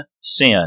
sin